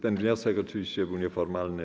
Ten wniosek oczywiście był nieformalny.